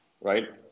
right